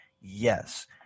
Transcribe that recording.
Yes